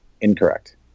incorrect